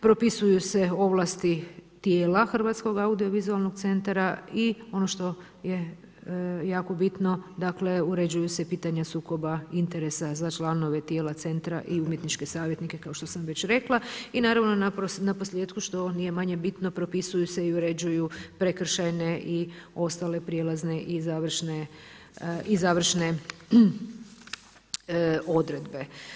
Propisuju se ovlasti tijela HAVC-a i ono što je jako bitno, dakle uređuju se pitanja sukoba interesa za članove tijela centra i umjetničke savjetnike kao što sam već rekla i naravno naposljetku što nije manje bitno, propisuju se i uređuju prekršajne i ostale prijelazne i završne odredbe.